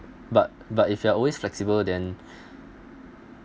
but but if you are always flexible then